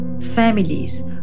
families